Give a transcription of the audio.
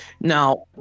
Now